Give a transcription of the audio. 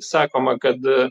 sakoma kad